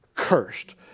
cursed